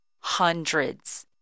Hundreds